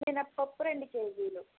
మినపప్పు రెండు కేజీలు